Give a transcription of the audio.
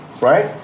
right